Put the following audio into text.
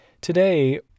Today